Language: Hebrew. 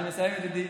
אני מסיים, ידידי.